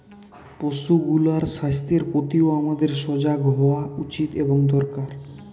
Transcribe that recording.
পশুগুলার স্বাস্থ্যের প্রতিও আমাদের সজাগ হওয়া উচিত এবং দরকার